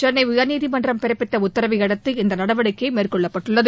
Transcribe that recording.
சென்னை உயர்நீதிமன்றம் பிறப்பித்த உத்தரவையடுத்து இந்த நடவடிக்கை மேற்கொள்ளப்பட்டுள்ளது